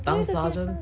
当 sergeant